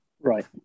Right